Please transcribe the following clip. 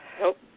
Nope